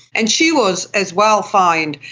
and she was as well fined.